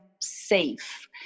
safe